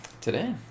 today